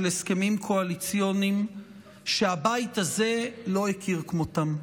הסכמים קואליציוניים שהבית הזה לא הכיר כמותם,